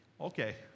Okay